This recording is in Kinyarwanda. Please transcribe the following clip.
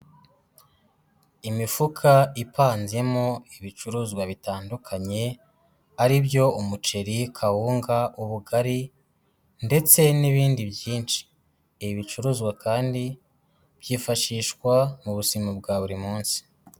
Imifuka ipanzemo ibicuruzwa bitandukanye ari byo umuceri, kawunga, ubugari ndetse n'ibindi byinshi, ibi bicuruzwa kandi byifashishwa mu buzima bwa buri munsi.